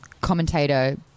commentator